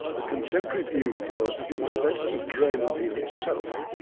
the contemporary view was that it was better to drain and heal itself.